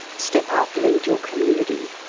step up, lead your community.